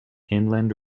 inland